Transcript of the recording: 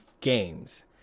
games